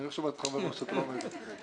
אני לא שמעתי אותך אומר משהו שאתה לא עומד בו.